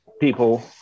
people